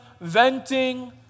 venting